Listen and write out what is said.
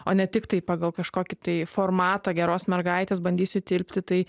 o ne tiktai pagal kažkokį tai formatą geros mergaitės bandysiu tilpti tai